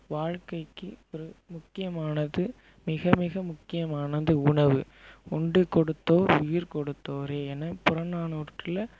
வாழ்க்கைக்கு ஒரு முக்கியமானது மிகமிக முக்கியமானது உணவு உண்டு கொடுத்தோர் உயிர் கொடுத்தோரே என புறநானூற்றில்